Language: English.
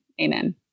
Amen